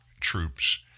troops